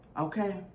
okay